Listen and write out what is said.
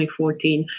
2014